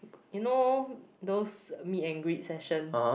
you know those me angry section